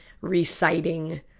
reciting